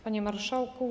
Panie Marszałku!